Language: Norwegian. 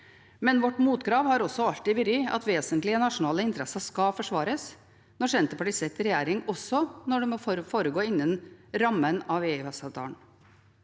Men vårt motkrav har også alltid vært at vesentlige nasjonale interesser skal forsvares når Senterpartiet sitter i regjering, også når det må foregå innen rammen av EØS-avtalen.